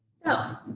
so,